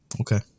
Okay